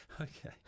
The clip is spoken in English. okay